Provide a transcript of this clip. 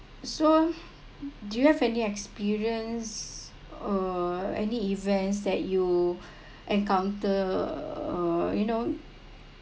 so do you have any experience or any events that you encounter uh you know